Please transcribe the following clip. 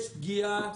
יש פגיעה